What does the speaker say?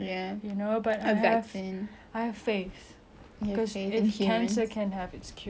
cause if cancer can have its cure any virus can have its cure you know